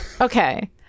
Okay